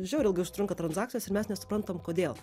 žiauriai ilgai užtrunka transakcijos ir mes nesuprantam kodėl